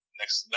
next